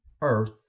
earth